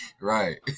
Right